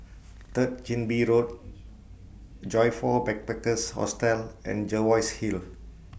Third Chin Bee Road Joyfor Backpackers' Hostel and Jervois Hill